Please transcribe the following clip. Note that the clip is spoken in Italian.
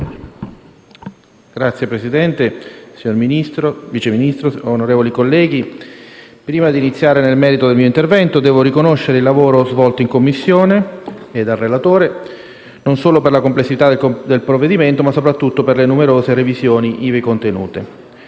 Signor Presidente, signor Ministro, signor Vice Ministro, onorevoli colleghi, prima di iniziare nel merito il mio intervento, devo riconoscere il lavoro svolto dalla Commissione e dal relatore, non solo per la complessità del provvedimento, ma soprattutto per le numerose revisioni ivi contenute.